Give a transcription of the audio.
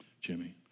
Jimmy